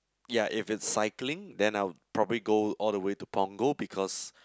ya if it's cycling then I probably go all the way to Punggol because